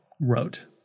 wrote